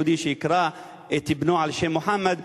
היהודי שיקרא את בנו על שם מוחמד,